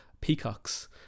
peacocks